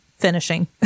Finishing